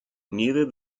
neither